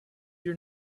your